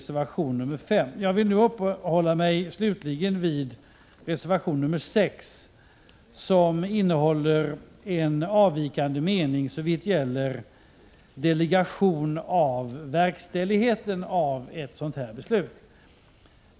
Slutligen vill jag uppehålla mig vid reservation 6, som innehåller en avvikande mening såvitt gäller delegation av verkställigheten av ett sådant här beslut.